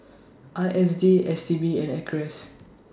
I S D S T B and Acres